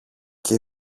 και